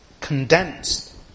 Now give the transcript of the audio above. condensed